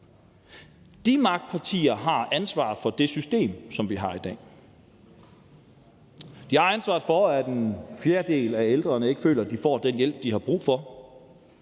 De magtpartier har ansvaret for det system, som vi har i dag; de har ansvaret for, at en fjerdedel af de ældre ikke føler, de får den hjælp, de har brug for;